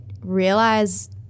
realize